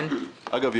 אגב,